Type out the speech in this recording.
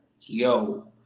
Yo